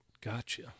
gotcha